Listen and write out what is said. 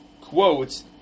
quotes